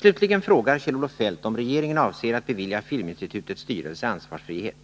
Slutligen frågar Kjell-Olof Feldt om regeringen avser att bevilja Filminstitutets styrelse ansvarsfrihet.